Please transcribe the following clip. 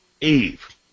Eve